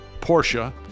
Porsche